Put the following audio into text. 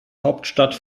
hauptstadt